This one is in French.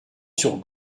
sur